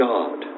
God